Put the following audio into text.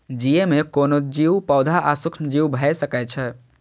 GMO कोनो जीव, पौधा आ सूक्ष्मजीव भए सकै छै